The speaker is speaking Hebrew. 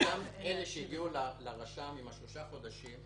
שאותם אלה שהגיעו לרשם עם השלושה חודשים,